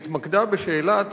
בבקשה.